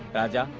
raja!